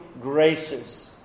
graces